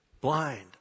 blind